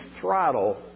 throttle